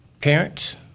parents